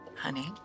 honey